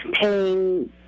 paying